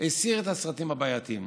הסיר את הסרטים הבעייתיים.